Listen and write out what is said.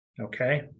Okay